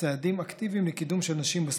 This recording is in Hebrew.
צעדים אקטיביים לקידום של נשים בספורט.